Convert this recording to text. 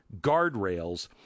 guardrails